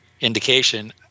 indication